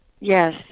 Yes